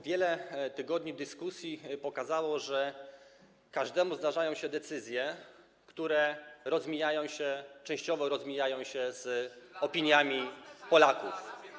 Wiele tygodni dyskusji pokazało, że każdemu zdarzają się decyzje, które rozmijają się, częściowo rozmijają się z opiniami Polaków.